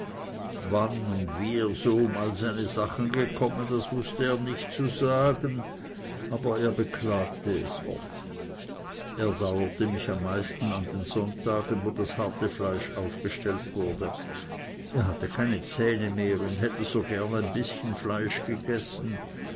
wann und wie er so um all seine sachen gekommen das wußte er nicht zu sagen aber beklagte es oft er dauerte mich am meisten an den sonntagen wo das harte fleisch aufgestellt wurde er hatte keine zähne mehr und hätte so gerne ein bißchen fleisch gegessen